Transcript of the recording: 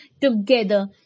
together